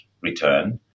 return